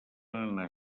anar